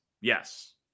Yes